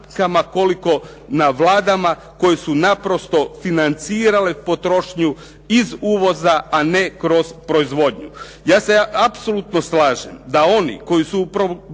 koliko na Vladama koje su naprosto financirale potrošnju iz uvoza a ne kroz proizvodnju. Ja se apsolutno slažem da oni koji su